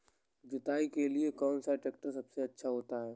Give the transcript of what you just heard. जुताई के लिए कौन सा ट्रैक्टर सबसे अच्छा होता है?